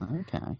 Okay